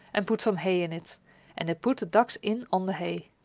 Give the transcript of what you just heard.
and put some hay in it and they put the ducks in on the hay.